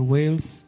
Wales